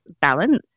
balance